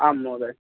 आम् महोदय